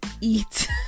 eat